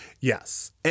Yes